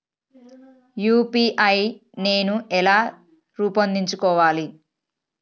UPI నేను ఎలా రూపొందించుకోవాలి?